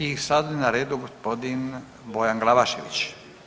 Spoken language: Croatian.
I sada je na redu gospodin Bojan Glavašević.